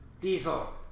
Diesel